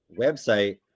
website